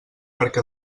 perquè